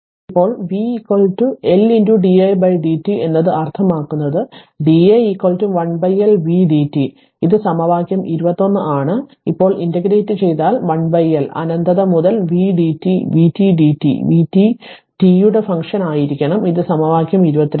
ഇപ്പോൾ v L di dt എന്നാൽ അർത്ഥമാക്കുന്നത് di 1 L v dt ഇത് സമവാക്യം 21 ആണ് ഇപ്പോൾ ഇന്റഗ്രേറ്റ് ചെയ്താൽ 1 L അനന്തത മുതൽ v dt vt dt vt t യുടെ ഫങ്ക്ഷൻ ആയിരിക്കണം ഇത് സമവാക്യം 22